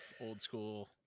old-school